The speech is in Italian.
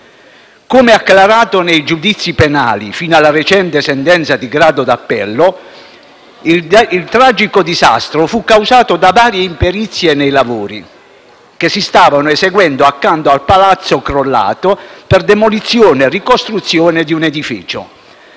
Come acclarato nei giudizi penali, fino alla recente sentenza del grado d'appello, il tragico disastro fu causato da varie imperizie nei lavori che si stavano eseguendo accanto al palazzo crollato, per demolizione e ricostruzione di un edificio.